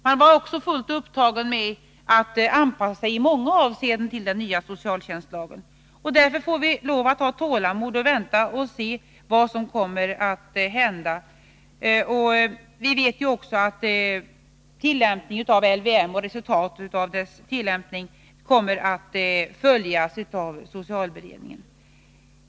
Man har också varit fullt upptagen med att i många avseenden anpassa sig till den nya socialtjänstlagen. Därför får vi ha tålamod och vänta och se vad som kommer att hända. Vi vet också att resultatet av tillämpningen av LYM kommer att följas av socialberedningen.